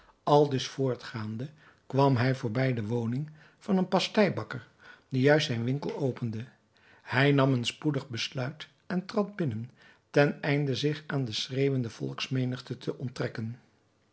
aldus voortgaande kwam hij voorbij de woning van een pasteibakker die juist zijn winkel opende hij nam een spoedig besluit en trad binnen ten einde zich aan de schreeuwende volksmenigte te onttrekken